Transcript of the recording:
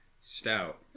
stout